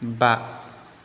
बा